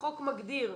החוק מגדיר.